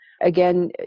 Again